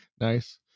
Nice